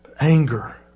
Anger